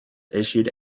issued